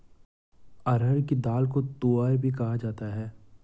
अरहर की दाल को तूअर भी कहा जाता है